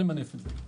אפשר למנף את זה.